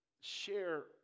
share